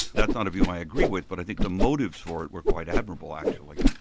that's not a view i agree with but i think the motives for it were quite admirable actually.